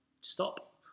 stop